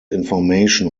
information